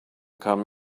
come